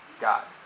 God